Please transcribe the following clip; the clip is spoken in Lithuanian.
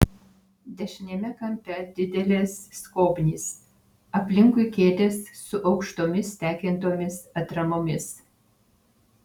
dešiniame kampe didelės skobnys aplinkui kėdės su aukštomis tekintomis atramomis